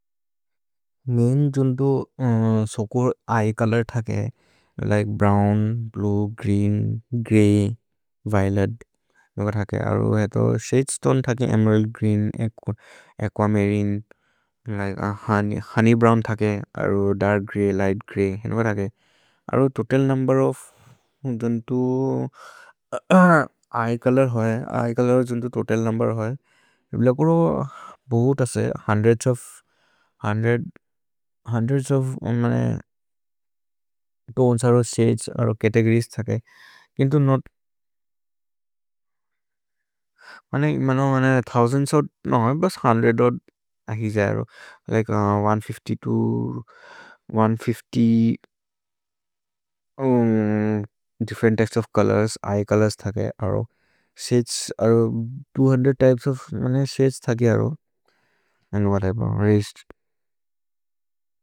मैन् जुन्तो सोकोर् eye colour थके, like brown, blue, green, grey, violet, shade stone थके, emerald green, aquamarine, honey brown थके, दर्क् ग्रेय्, लिघ्त् ग्रेय्। अरो total number of जुन्तो eye colour होये, हुन्द्रेद्स् ओफ् तोनेस् अरो शदेस् अरो चतेगोरिएस् थके। किन्तु नोत्, मनय् मनय् थोउसन्द्स् अरो, न होये बस् हुन्द्रेद् और् अखि जये अरो, like one hundred fifty to one hundred fifty different types of colours. Eye colours थके अरो, शदेस् अरो, two hundred types of many shades थके अरो, अन्द् व्हतेवेर्, रेस्त्।